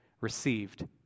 received